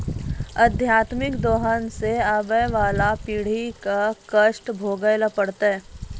अत्यधिक दोहन सें आबय वाला पीढ़ी क कष्ट भोगै ल पड़तै